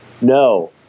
No